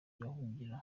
bahungira